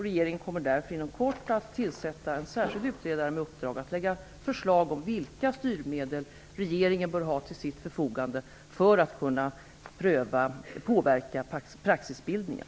Regeringen kommer därför inom kort att tillsätta en särskild utredare med uppdrag att lägga förslag om vilka styrmedel regeringen bör ha till sitt förfogande för att kunna påverka praxisbildningen.